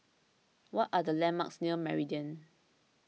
what are the landmarks near Meridian